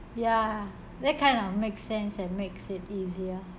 ya that kind of makes sense and makes it easier